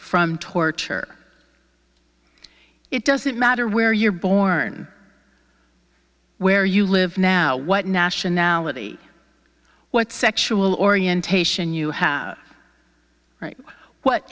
from torture it doesn't matter where you're born where you live now what nationality what sexual orientation you have right what